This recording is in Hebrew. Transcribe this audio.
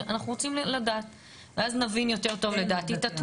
אנחנו רוצים לדעת ואז נבין יותר טוב את התמונה,